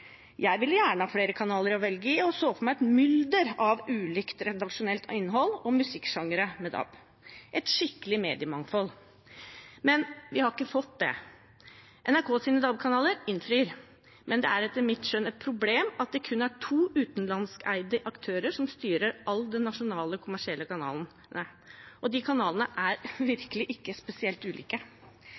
Jeg ville gjerne ha flere kanaler å velge mellom og så for meg et mylder av ulikt redaksjonelt innhold og ulike musikksjangre med DAB – et skikkelig mediemangfold. Men vi har ikke fått det. NRKs DAB-kanaler innfrir, men det er etter mitt skjønn et problem at det er kun to utenlandskeide aktører som styrer alle de nasjonale kommersielle kanalene – og de kanalene er virkelig ikke spesielt ulike.